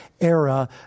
era